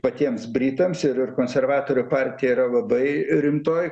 patiems britams ir ir konservatorių partija yra labai rimtoj